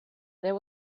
there